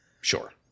Sure